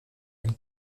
ein